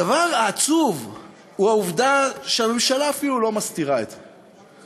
הדבר העצוב הוא העובדה שהממשלה אפילו לא מסתירה את זה.